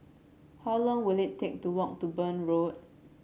how long will it take to walk to Burn Road